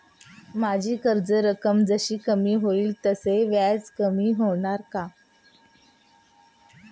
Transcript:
माझी कर्ज रक्कम जशी कमी होईल तसे व्याज कमी होणार का?